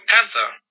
Panther